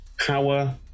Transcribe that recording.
Power